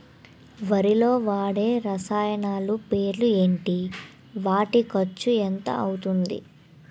వరిలో వాడే రసాయనాలు పేర్లు ఏంటి? వాటి ఖర్చు ఎంత అవతుంది?